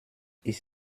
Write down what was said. ist